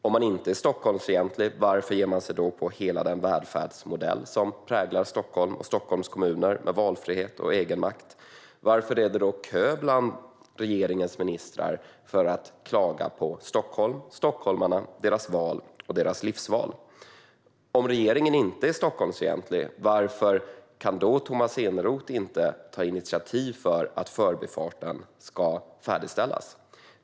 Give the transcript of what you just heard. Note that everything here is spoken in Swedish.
Om man inte är Stockholmsfientlig, varför ger man sig då på hela den välfärdsmodell som präglar Stockholm och Stockholms kommuner, med valfrihet och egenmakt? Varför är det då kö bland regeringens ministrar för att klaga på Stockholm, stockholmarna, deras val och deras livsval? Om regeringen inte är Stockholmsfientlig, varför kan då inte Tomas Eneroth ta initiativ till att Förbifarten ska färdigställas?